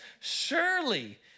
Surely